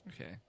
Okay